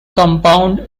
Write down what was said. compound